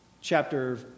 chapter